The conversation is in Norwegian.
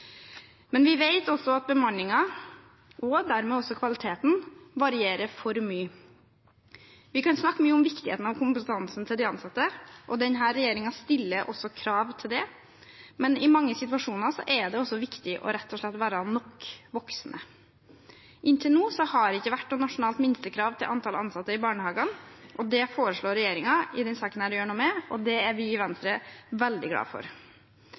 Men vi vet også at bemanningen og dermed også kvaliteten varierer for mye. Vi kan snakke mye om viktigheten av kompetansen til de ansatte, og denne regjeringen stiller også krav til det, men i mange situasjoner er det viktig rett og slett å være nok voksne. Inntil nå har det ikke vært noe nasjonalt minstekrav til antall ansatte i barnehagene. Det foreslår regjeringen i denne saken å gjøre noe med, og det er vi i Venstre veldig glade for.